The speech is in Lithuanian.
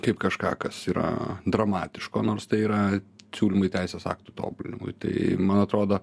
kaip kažką kas yra dramatiško nors tai yra siūlymai teisės aktų tobulinimui tai man atrodo